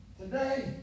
today